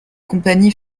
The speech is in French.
compagnie